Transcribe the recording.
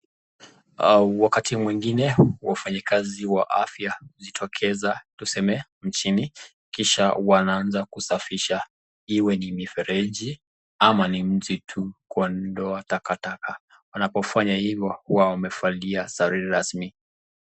Wakati mwingine wafanyikazi wa afya jitokeza tuseme nchini kisha, wananza kusafisha iwe ni mfereji ama ni mti tu kwa ndoo wa takataka, anapofanya hivo huwa wamevalia sare rasmi.